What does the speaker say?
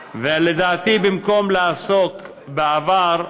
ולדעתי, במקום לעסוק בעבר,